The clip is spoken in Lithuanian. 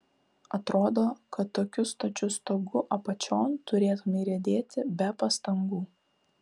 atrodo kad tokiu stačiu stogu apačion turėtumei riedėti be pastangų